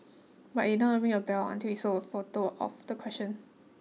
but it not ring a bell until we saw a photo of the question